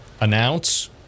announce